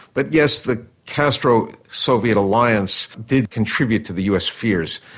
but yes, the castro-soviet alliance did contribute to the us fears.